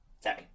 Sorry